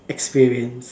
experience